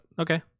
okay